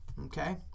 okay